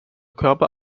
körper